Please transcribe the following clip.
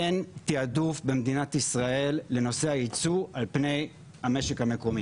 אין תיעדוף במדינת ישראל לנושא היצוא על פני המשק המקומי.